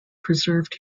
preserved